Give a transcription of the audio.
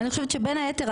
אני חושבת שבין היתר,